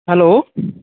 hello